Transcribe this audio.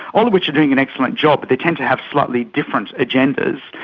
all of which are doing an excellent job but they tend to have slightly different agendas,